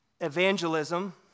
Evangelism